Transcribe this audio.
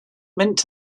meant